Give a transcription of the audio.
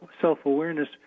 self-awareness